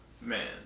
man